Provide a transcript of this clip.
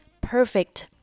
perfect